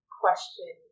question